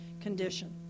condition